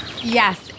Yes